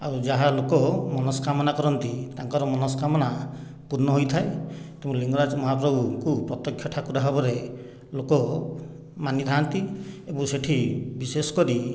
ଆଉ ଯାହା ଲୋକ ମନସ୍କାମନା କରନ୍ତି ତାଙ୍କର ମନସ୍କାମନା ପୂର୍ଣ ହୋଇଥାଏ ତେଣୁ ଲିଙ୍ଗରାଜ ମହାପ୍ରଭୁଙ୍କୁ ପ୍ରତ୍ୟକ୍ଷ ଠାକୁର ଭାବରେ ଲୋକ ମାନିଥାନ୍ତି ଏବଂ ସେଠି ବିଶେଷ କରି